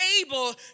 able